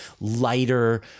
lighter